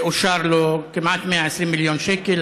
שאושרו לו כמעט 120 מיליון שקל,